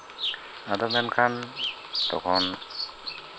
ᱟᱫᱚ ᱢᱮᱱᱠᱷᱟᱱ ᱛᱚᱠᱷᱚᱱ